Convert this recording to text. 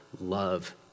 love